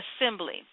assembly